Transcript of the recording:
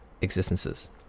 existences